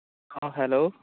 অঁ হেল্ল'